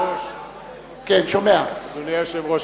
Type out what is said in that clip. אדוני היושב-ראש,